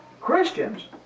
Christians